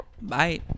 Bye